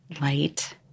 light